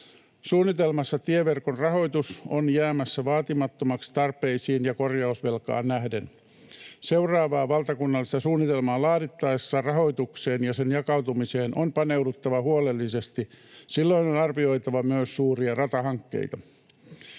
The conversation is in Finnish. Suunnitelmassa tieverkon rahoitus on jäämässä vaatimattomaksi tarpeisiin ja korjausvelkaan nähden. Seuraavaa valtakunnallista suunnitelmaa laadittaessa rahoitukseen ja sen jakautumiseen on paneuduttava huolellisesti. Silloin on arvioitava myös suuria ratahankkeita.